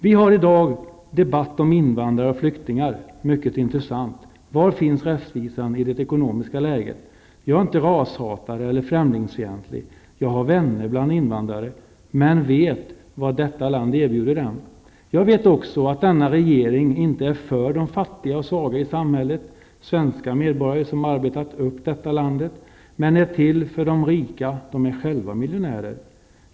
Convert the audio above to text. Vi har i dag debatt om invandrare och flyktingar. Mycket intressant? Var finns rättvisan i det ekonomiska läget? Jag är inte rashatare eller främlingsfientlig. Jag har vänner bland invandrare, men vet vad detta land erbjuder dom. Jag vet också att denna regering inte är för dom fattiga och svaga i samhället, svenska medborgare som arbetat upp detta landet, men är till för dom rika -- dom är själva miljonärer.